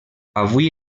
avui